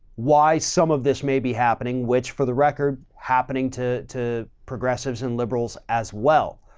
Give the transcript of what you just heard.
why some of this may be happening, which for the record happening to to progressives and liberals as well,